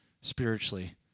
spiritually